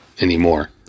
anymore